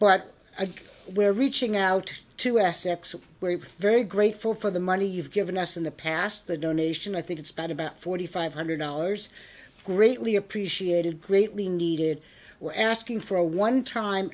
again we're reaching out to assets where we are very grateful for the money you've given us in the past the donation i think it's been about forty five hundred dollars greatly appreciated greatly needed we're asking for a one time